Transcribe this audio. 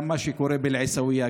גם מה שקורה באל-עיסאוויה,